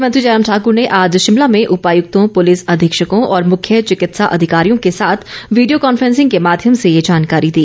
मुख्यमंत्री जयराम ठाकूर ने आज शिमला में उपायुक्तों पुलिस अधीक्षकों और मुख्य चिकित्सा अधिकारियों के साथ वीडियो कांफें सिंग के माध्यम से ये जानकारी दी